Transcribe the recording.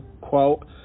quote